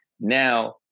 Now